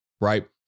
Right